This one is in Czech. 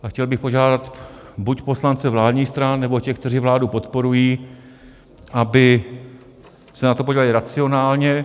A chtěl bych požádat buď poslance vládních stran, nebo těch, kteří vládu podporují, aby se na to podívali racionálně.